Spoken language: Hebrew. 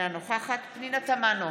אינה נוכחת פנינה תמנו,